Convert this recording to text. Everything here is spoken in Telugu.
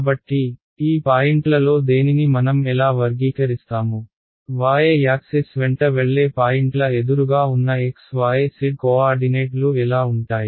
కాబట్టి ఈ పాయింట్లలో దేనిని మనం ఎలా వర్గీకరిస్తాము y యాక్సిస్ వెంట వెళ్లే పాయింట్ల ఎదురుగా ఉన్న xyz కోఆర్డినేట్లు ఎలా ఉంటాయి